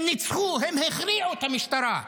הם ניצחו, הם הכניעו את המשטרה,